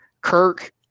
Kirk